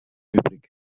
übrig